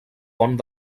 pont